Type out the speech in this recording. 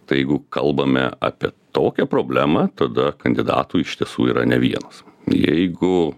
tai jeigu kalbame apie tokią problemą tada kandidatų iš tiesų yra ne vienas jeigu